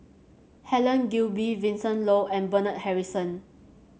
Helen Gilbey Vincent Leow and Bernard Harrison